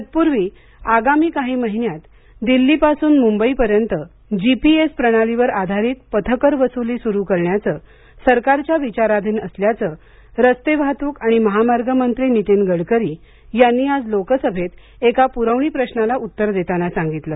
तत्पूर्वी आगामी काही महिन्यात दिल्लीपासून मुंबई पर्यंत जी पी एस प्रणालीवर आधारित पथकर वसुली सुरू करण्याचं सरकारच्या विचाराधीन असल्याचं रस्ते वाहतूक आणि महामार्ग मंत्री नितीन गडकरी यांनी आज लोकसभेत एका प्रवणी प्रश्राला उत्तर देताना सांगितलं